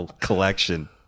collection